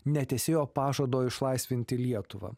netesėjo pažado išlaisvinti lietuvą